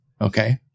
Okay